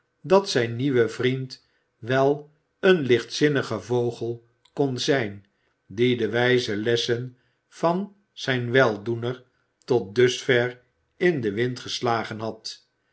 dat zijn nieuwe vriend wel een lichtzinnige vogel kon zijn die de wijze lessen van zijn weldoener tot dusver in den wind geslagen had